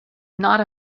not